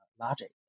logic